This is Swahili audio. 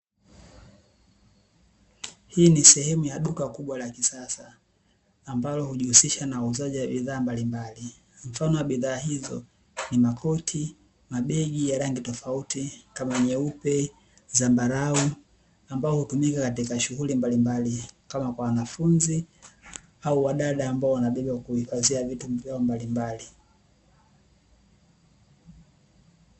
Hii ni sehemu ya duka kubwa la kisasa ambalo hujighusisha na uuzaji wa bidhaa mbalimbali mfano bidhaa hizo ni Makoti, mabegi ya rangi tofauti kama nyeupe, zambarau, ambao hutumika katika shughuli mbalimbali kama kwa wanafunzi au wadada mbao wanabeba ili kuhifadhia vitu vyao mbalimbali .